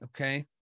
okay